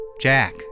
Jack